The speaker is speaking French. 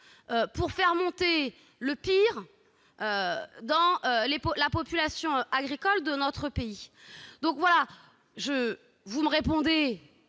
pour faire monter le pire dans la population agricole de notre pays. Vous m'avez répondu